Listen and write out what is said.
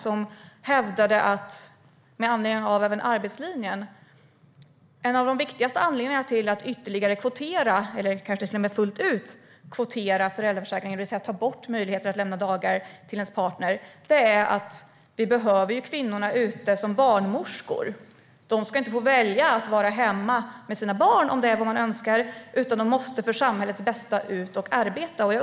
Där hävdade man med anledning av arbetslinjen att en av de viktigaste anledningarna till att ytterligare, eller till och med fullt ut, kvotera föräldraförsäkringen, det vill säga ta bort möjligheter att lämna dagar till partnern, är att kvinnorna behövs ute som barnmorskor. De ska inte få välja att vara hemma med sina barn om det är vad de önskar utan de måste för samhällets bästa ut och arbeta.